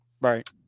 Right